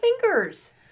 fingers